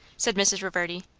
said mrs. reverdy,